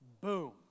Boom